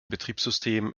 betriebssystem